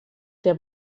què